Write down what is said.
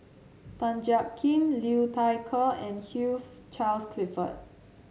Tan Jiak Kim Liu Thai Ker and Hugh Charles Clifford